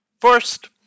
First